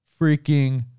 freaking